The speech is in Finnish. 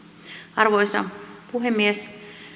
arvoisa puhemies